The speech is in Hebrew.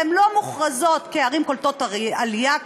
והן לא מוכרזות כערים קולטות עלייה,